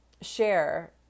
share